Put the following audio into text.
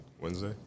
Wednesday